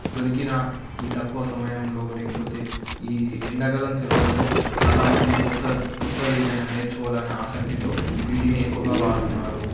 దొరికిన ఈ తక్కువ సమయంలో లేకపోతే ఈ ఎండాకాలం సెలవులలో చాలామంది కొత్త కొత్తది ఏదైనా నేర్చుకోవాలని ఆసక్తితో వీటిని ఎక్కువగా వాడుతున్నారు